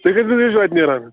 تُہۍ کٕژِ بَجہِ چھُو اَتہِ نیران